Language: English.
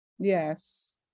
Yes